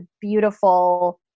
beautiful